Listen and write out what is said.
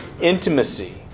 intimacy